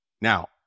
Now